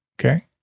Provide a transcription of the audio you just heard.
Okay